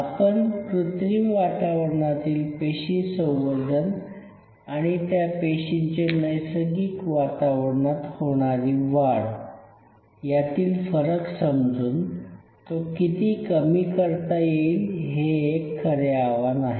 आपण कृत्रिम वातावरणातील पेशी संवर्धन आणि त्या पेशींचे नैसर्गिक वातावरणात होणारी वाढ यातील फरक समजून तो किती कमी करता येईल हे एक खरे आव्हान आहे